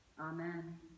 amen